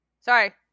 Sorry